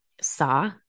saw